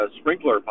sprinkler